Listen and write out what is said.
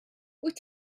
wyt